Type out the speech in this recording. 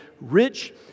rich